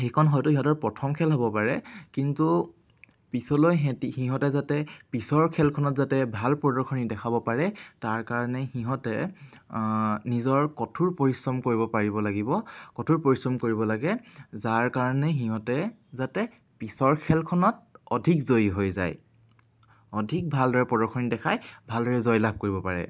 সেইখন হয়তো সিহঁতৰ প্ৰথম খেল হ'ব পাৰে কিন্তু পিছলৈ সেহঁতি সিহঁতে যাতে পিছৰ খেলখনত যাতে ভাল প্ৰদৰ্শনী দেখাব পাৰে তাৰকাৰণে সিহঁতে নিজৰ কঠোৰ পৰিশ্ৰম কৰিব পাৰিব লাগিব কঠোৰ পৰিশ্ৰম কৰিব লাগে যাৰ কাৰণে সিহঁতে যাতে পিছৰ খেলখনত অধিক জয়ী হৈ যায় অধিক ভালদৰে প্ৰদৰ্শনী দেখাই ভালদৰে জয় লাভ কৰিব পাৰে